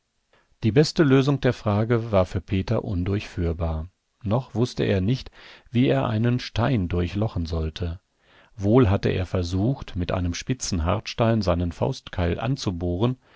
die beste lösung der frage war für peter undurchführbar noch wußte er nicht wie er einen stein durchlochen sollte wohl hatte er versucht mit einem spitzen hartstein seinen faustkeil anzubohren